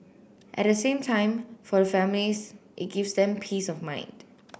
at the same time for the families it gives them peace of mind